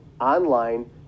online